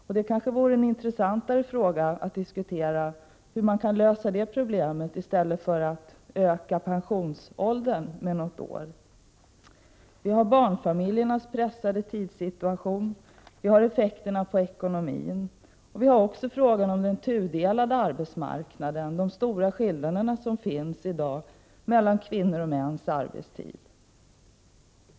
Det vore kanske intressantare att diskutera hur det problemet kan lösas i stället för att höja pensionsåldern något år. Det gäller barnfamiljernas pressade tidssituation, effekterna på ekonomin och frågan om den tudelade arbetsmarknaden, med de stora skillnader som i dag finns mellan kvinnors och mäns arbetstid.